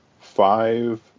five –